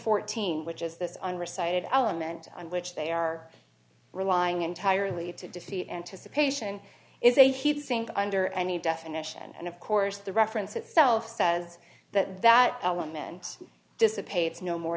fourteen which is this on recited element on which they are relying entirely to defeat anticipation is a heat sink under any definition and of course the reference itself says that that element dissipates no more